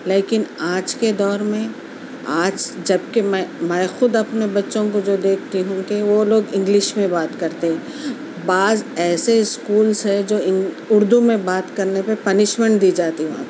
لیکن آج کے دور میں آج جب کہ میں میں خود اپنے بچوں کو جو دیکھتی ہوں کہ وہ لوگ انگلش میں بات کرتے بعض ایسے اسکولس ہیں جو اِنگ اُردو میں بات کرنے پہ پنشمینٹ دی جاتی وہاں پہ